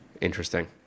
Interesting